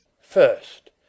First